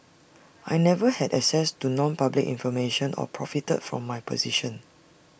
I never had access to nonpublic information or profited from my position